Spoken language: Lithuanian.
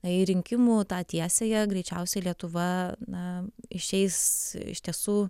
į rinkimų tiesiąją greičiausiai lietuva na išeis iš tiesų